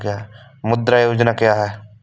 मुद्रा योजना क्या है?